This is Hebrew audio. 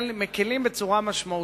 מקלים בצורה משמעותית.